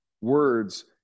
words